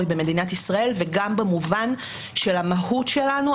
במדינת ישראל וגם במובן של המהות שלנו,